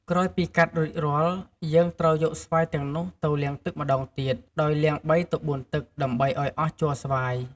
ក្រោយពីកាត់រួចរាល់ យើងត្រូវយកស្វាយទាំងនោះទៅលាងទឹកម្ដងទៀត ដោយលាង៣ទៅ៤ទឹក ដើម្បីឱ្យអស់ជ័រស្វាយ។